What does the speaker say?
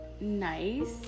nice